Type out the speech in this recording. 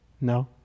No